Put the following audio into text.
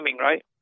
right